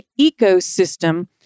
ecosystem